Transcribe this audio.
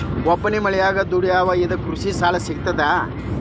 ಒಬ್ಬನೇ ಮನಿಯೊಳಗ ದುಡಿಯುವಾ ಇದ್ರ ಕೃಷಿ ಸಾಲಾ ಸಿಗ್ತದಾ?